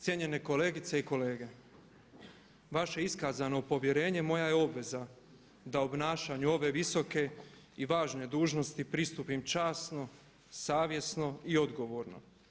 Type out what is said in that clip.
Cijenjene kolegice i kolege, vaše iskazano povjerenje moja je obveza da obnašanju ove visoke i važne dužnosti pristupim časno, savjesno i odgovorno.